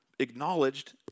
Acknowledged